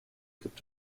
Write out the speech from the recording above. gibt